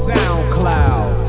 SoundCloud